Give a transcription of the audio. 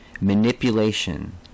manipulation